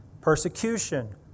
persecution